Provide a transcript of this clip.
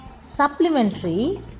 Supplementary